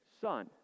son